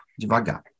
devagar